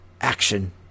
Action